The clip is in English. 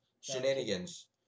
shenanigans